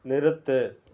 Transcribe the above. நிறுத்து